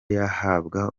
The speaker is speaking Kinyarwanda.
yahabwa